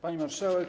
Pani Marszałek!